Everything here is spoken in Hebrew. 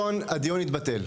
הדיון התבטל.